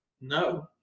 no